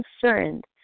concerned